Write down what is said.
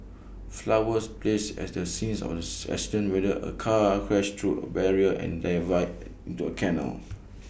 flowers placed at the scene of the accident where A car crashed through A barrier and dived into A canal